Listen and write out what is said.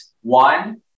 one